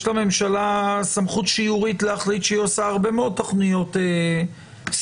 יש לממשלה סמכות שיורית להחליט שהיא עושה הרבה מאוד תוכניות סיוע,